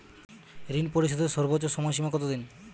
ঋণ পরিশোধের সর্বোচ্চ সময় সীমা কত দিন?